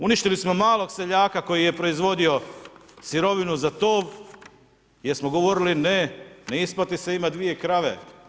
Uništili smo malog seljaka, koji je proizvodio sirovinu za to, jer smo govorili, ne, ne isplati se imati 2 krave.